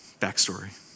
backstory